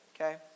Okay